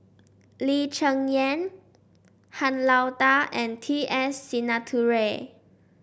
Lee Cheng Yan Han Lao Da and T S Sinnathuray